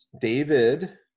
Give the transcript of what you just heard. David